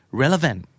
relevant